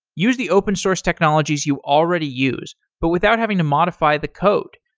use the open source technologies you already use but without having to modify the code,